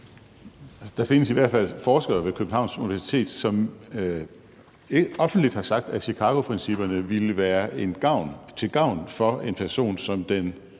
Der findes i hvert fald forskere ved Københavns Universitet, som offentligt har sagt, at Chicagoprincipperne ville være til gavn for en person som den